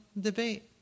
debate